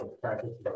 practice